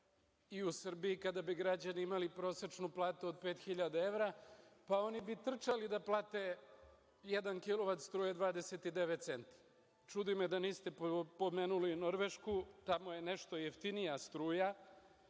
I u Srbiji kada bi građani imali prosečnu platu od 5000 evra, pa oni bi trčali da plate jedan kilovat struje 29 centi. Čudi me da niste pomenuli Norvešku, tamo je nešto jeftinija struja,